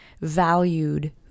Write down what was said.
valued